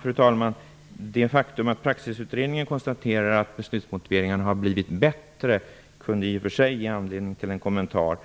Fru talman! Det faktum att man i Praxisutredningen konstaterar att beslutsmotiveringarna har blivit bättre kunde i sig ge anledning till en kommentar.